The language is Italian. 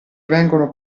vengono